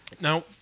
Now